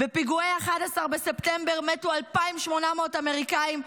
בפיגועי 11 בספטמבר מתו 2,800 אמריקנים,